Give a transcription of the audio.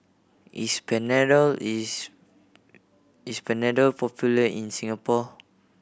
is Panadol is is Panadol popular in Singapore